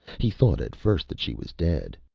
he thought at first that she was dead.